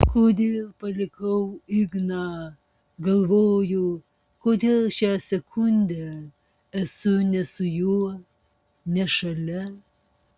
kodėl palikau igną galvoju kodėl šią sekundę esu ne su juo ne šalia